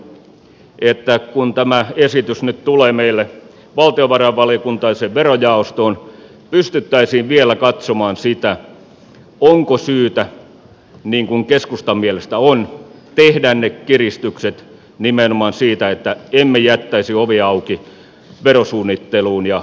toivon että kun tämä esitys nyt tulee meille valtiovarainvaliokuntaan ja sen verojaostoon pystyttäisiin vielä katsomaan onko syytä niin kuin keskustan mielestä on tehdä ne kiristykset nimenomaan siitä että emme jättäisi ovia auki verosuunnitteluun ja veroparatiisien käyttämiseen